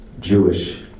Jewish